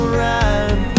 right